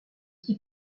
qui